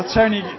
Tony